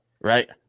Right